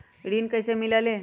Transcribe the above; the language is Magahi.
ऋण कईसे मिलल ले?